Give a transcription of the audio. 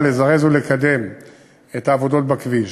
כדי לזרז ולקדם את העבודות בכביש.